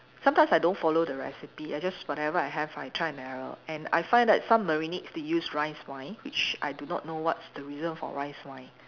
sometimes I don't follow the recipe I just whatever I have right I trial and error and I find that some marinates they use rice wine which I do not know what's the reason for rice wine